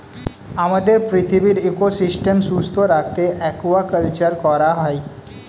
আমাদের পৃথিবীর ইকোসিস্টেম সুস্থ রাখতে অ্য়াকুয়াকালচার করা হয়